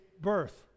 birth